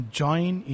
join